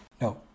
No